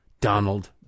Donald